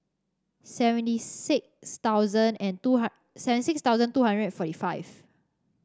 seventy six thousand and two seventy six thousand two hundred and forty five